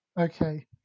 Okay